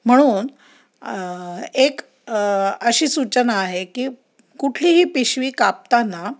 म्हणून एक अशी सूचना आहे की कुठलीही पिशवी कापताना